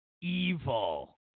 evil